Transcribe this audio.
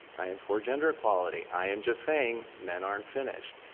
i am for gender equality. i am just saying men aren't finished.